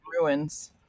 ruins